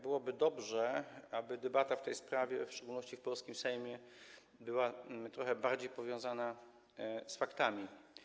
Byłoby dobrze, aby debata w tej sprawie, w szczególności w polskim Sejmie, była trochę bardziej powiązana z faktami.